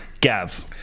Gav